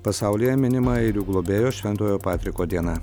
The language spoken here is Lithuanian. pasaulyje minima airių globėjo šventojo patriko diena